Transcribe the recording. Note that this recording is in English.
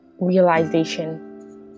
realization